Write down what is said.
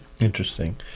Interesting